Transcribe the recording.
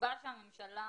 הסיבה שהממשלה